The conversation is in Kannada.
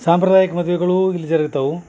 ಸಾಂಪ್ರದಾಯಿಕ ಮದುವೆಗಳು ಇಲ್ಲಿ ಜರಗ್ತಾವು